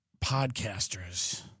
podcasters